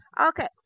Okay